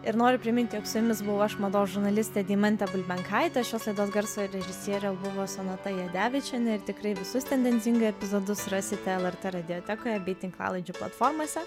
ir noriu priminti jog su jumis buvau aš mados žurnalistė deimantė bulbenkaitė šios laidos garso režisierė buvo sonata jadevičienė ir tikrai visus tendencingai epizodus rasite lrt radiotekoje bei tinklalaidžių platformose